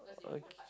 okay